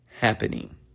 happening